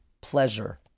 pleasure